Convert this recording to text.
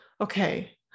okay